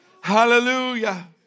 Hallelujah